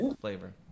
flavor